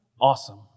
awesome